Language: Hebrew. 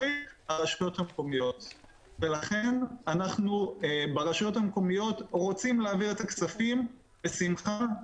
לכן אנחנו ברשויות המקומיות רוצים להעביר את הכספים בשמחה,